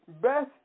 Best